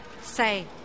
say